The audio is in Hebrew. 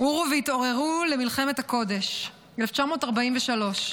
"עורו והתעוררו למלחמת הקודש" 1943,